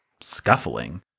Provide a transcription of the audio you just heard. scuffling